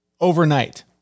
overnight